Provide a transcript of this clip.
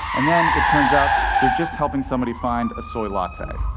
and then, it turns out, they're just helping somebody find a soy latte.